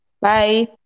Bye